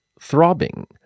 throbbing